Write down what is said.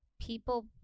people